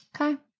Okay